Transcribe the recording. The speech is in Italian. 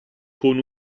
con